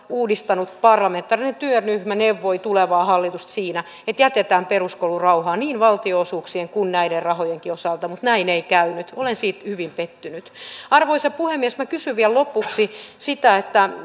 uudistanut parlamentaarinen työryhmä neuvoi tulevaa hallitusta siinä että jätetään peruskoulu rauhaan niin valtionosuuksien kuin näiden rahojenkin osalta mutta näin ei käynyt olen siihen hyvin pettynyt arvoisa puhemies kysyn vielä lopuksi